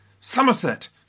Somerset